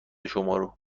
شمارو